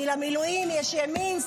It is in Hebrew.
כי למילואים יש ימין,